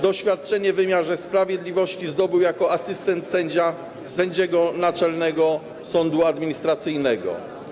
Doświadczenie w wymiarze sprawiedliwości zdobył jako asystent sędziego Naczelnego Sądu Administracyjnego.